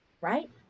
right